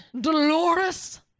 Dolores